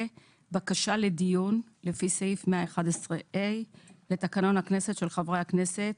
בקשה לדיון לפי סעיף 111(ה) לתקנון הכנסת של חברי הכנסת: